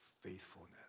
faithfulness